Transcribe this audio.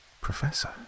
Professor